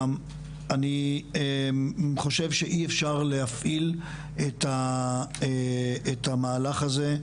אני חושב שאי אפשר להפעיל את המהלך הזה,